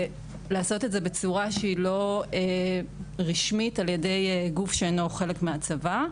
לעשות את זה בצורה שהיא לא רשמית על ידי גוף שאינו חלק מהצבא.